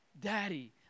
Daddy